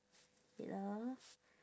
wait ah